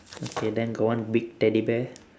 okay then got one big teddy bear